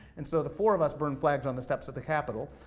and so the four of us burned flags on the steps of the capital,